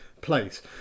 place